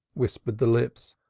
whispered the lips.